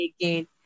again